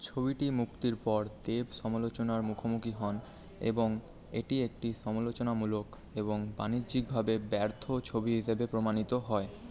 ছবিটি মুক্তির পর দেব সমালোচনার মুখোমুখি হন এবং এটি একটি সমালোচনামূলক এবং বাণিজ্যিকভাবে ব্যর্থ ছবি হিসাবে প্রমাণিত হয়